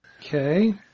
Okay